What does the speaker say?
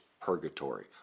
purgatory